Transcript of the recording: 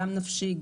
גם נפשי,